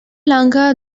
lanka